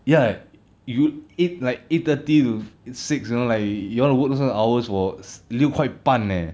ya you eight like eight thirty to six you know like you want to work this kind of hours for 六块半 leh